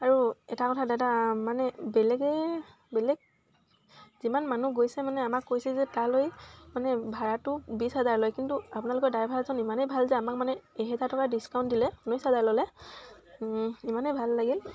আৰু এটা কথা দাদা মানে বেলেগে বেলেগ যিমান মানুহ গৈছে মানে আমাক কৈছে যে তালৈ মানে ভাড়াটো বিছ হাজাৰ লয় কিন্তু আপোনালোকৰ ড্ৰাইভাৰজন ইমানেই ভাল যে আমাক মানে এহেজাৰ টকা ডিছকাউণ্ট দিলে ঊনৈছ হাজাৰ ল'লে ইমানেই ভাল লাগিল